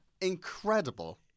incredible